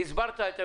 הסברת את עמדתך.